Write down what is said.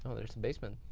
ah there's a basement.